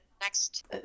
next